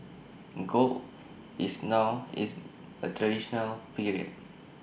gold is now is A transitional period